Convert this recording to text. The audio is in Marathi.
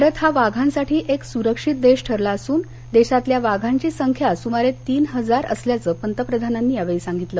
भारत हा वाघांसाठी एक सुरक्षित देश ठरला असून देशातल्या वाघांची संख्या सूमारे तीन हजार असल्याचं पंतप्रधानांनी यावेळी सांगितलं